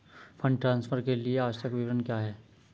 Fund transfer के लिए आवश्यक विवरण क्या हैं?